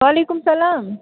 وعلیکُم سَلام